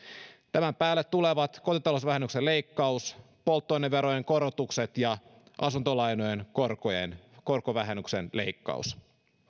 tämän päälle tulevat kotitalousvähennyksen leikkaus polttoaineverojen korotukset ja asuntolainojen korkovähennyksen leikkaus